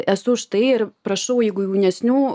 esu už tai ir prašau jeigu jaunesnių